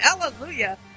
Hallelujah